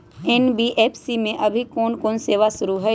NBFC में अभी कोन कोन सेवा शुरु हई?